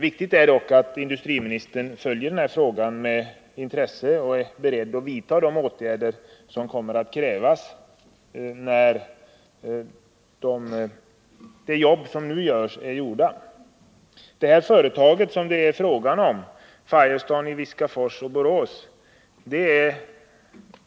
Viktigt är dock att industriministern följer den här frågan med intresse och är beredd att vidta de åtgärder som kommer att krävas när det jobb som nu görs är gjort. Det företag som det är fråga om — Firestone i Viskafors och Borås — är